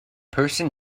person